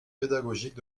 pédagogique